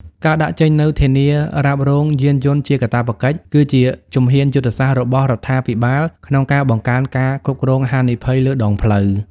ការដាក់ចេញនូវការធានារ៉ាប់រងយានយន្តជាកាតព្វកិច្ច គឺជាជំហានយុទ្ធសាស្ត្ររបស់រដ្ឋាភិបាលក្នុងការបង្កើនការគ្រប់គ្រងហានិភ័យលើដងផ្លូវ។